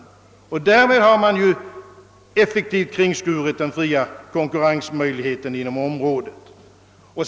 Därmed har man effektivt kringskurit den fria konkurrensmöjligheten inom området.